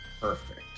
Perfect